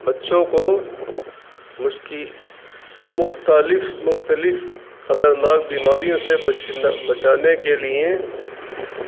بچوں کو مشکی مختلف مختلف خطرناک بیماریوں سے بچ بچانے کے لیے